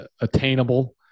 attainable